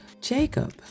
jacob